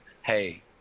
hey